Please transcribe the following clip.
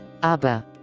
aber